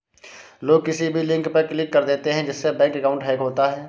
लोग किसी भी लिंक पर क्लिक कर देते है जिससे बैंक अकाउंट हैक होता है